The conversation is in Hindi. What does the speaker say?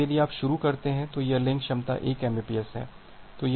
अब यदि आप शुरू करते हैं तो यह लिंक क्षमता 1 mbps है